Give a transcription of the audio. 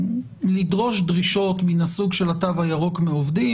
לדרוש דרישות מן הסוג של התו הירוק מעובדים,